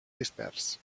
dispers